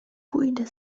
pójdę